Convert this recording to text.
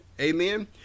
amen